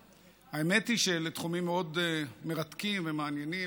האמת היא שאלה תחומים מאוד מרתקים ומעניינים.